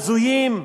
הזויים,